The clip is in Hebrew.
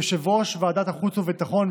יושב-ראש ועדת החוץ והביטחון,